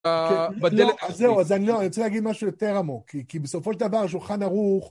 זהו, אז אני רוצה להגיד משהו יותר עמוק, כי בסופו של דבר, שולחן ערוך.